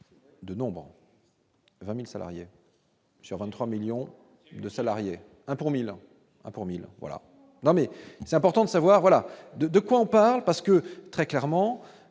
de nombres 20000 salariés. Sur 23 millions de salariés 1 pour 1000 1000 1 pour 1000 voilà, non mais c'est important de savoir, voilà de quoi on parle, parce que très clairement